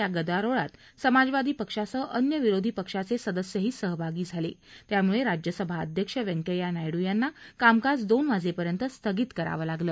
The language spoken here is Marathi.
या गदारोळात समाजवादी पक्षासह अन्य विरोधी पक्षाचे सदस्यही सहभागी झाले त्यामुळे राज्यसभा अध्यक्ष व्यंकय्या नायडू यांना कामकाज दोन वाजेपर्यंत स्थगित करावं लागलं